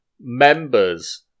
members